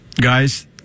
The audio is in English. guys